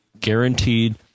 guaranteed